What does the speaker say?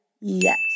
yes